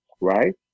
right